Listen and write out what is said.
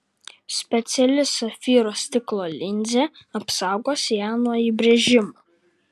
speciali safyro stiklo linzė apsaugos ją nuo įbrėžimų